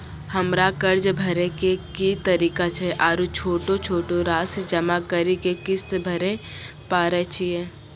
हमरा कर्ज भरे के की तरीका छै आरू छोटो छोटो रासि जमा करि के किस्त भरे पारे छियै?